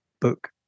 book